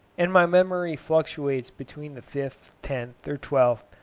and my memory fluctuates between the fifth, tenth, or twelfth,